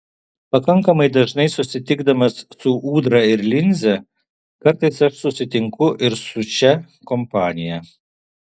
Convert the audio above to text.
pakankamai dažnai susitikdamas su ūdra ir linze kartais aš susitinku ir su šia kompanija